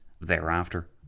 thereafter